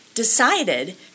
Decided